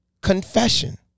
confession